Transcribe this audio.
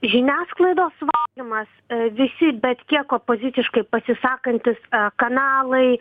žiniasklaidos valymas visi bet kiek opoziciškai pasisakantys kanalai